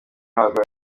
bahabwa